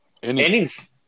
Innings